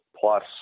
plus